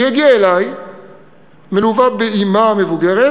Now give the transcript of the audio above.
היא הגיעה אלי מלווה באמה המבוגרת